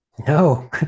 No